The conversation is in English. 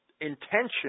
intention